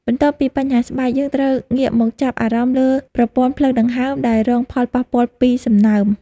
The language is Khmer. បន្ទាប់ពីបញ្ហាស្បែក យើងត្រូវងាកមកចាប់អារម្មណ៍លើប្រព័ន្ធផ្លូវដង្ហើមដែលរងផលប៉ះពាល់ពីសំណើម។